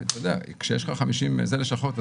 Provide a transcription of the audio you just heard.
כשיש לך 50 לשכות,